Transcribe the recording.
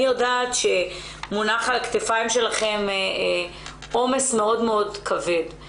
אני יודעת מונח על הכתפיים שלכם עומס מאוד מאוד כבד,